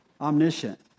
Omniscient